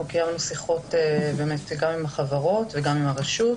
אנחנו קיימנו שיחות באמת גם עם חברות וגם עם הרשות.